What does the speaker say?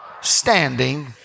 standing